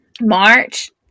March